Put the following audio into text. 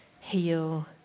heal